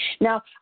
Now